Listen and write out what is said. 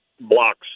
blocks